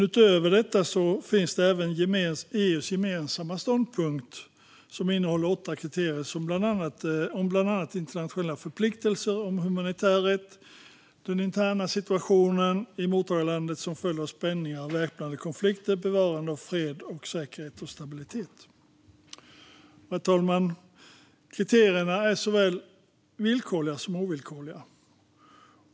Utöver detta finns även EU:s gemensamma ståndpunkt, som innehåller åtta kriterier om bland annat internationella förpliktelser om humanitär rätt, den interna situationen i mottagarlandet som följd av spänningar och väpnade konflikter samt bevarande av fred, säkerhet och stabilitet. Herr talman! Kriterierna är såväl villkorliga som ovillkorliga.